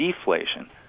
deflation